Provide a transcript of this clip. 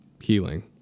healing